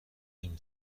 نمی